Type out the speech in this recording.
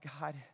God